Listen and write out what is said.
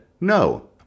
no